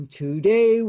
today